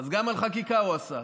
אז גם על חקיקה הוא עשה.